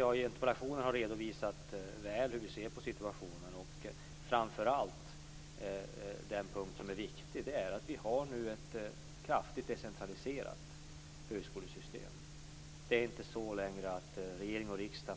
Jag har i svaret redovisat väl hur vi ser på situationen och framför allt den punkt som är viktig, att vi nu har ett kraftigt decentraliserat högskolesystem. Det är inte längre så att regering och riksdag i